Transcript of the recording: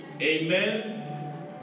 Amen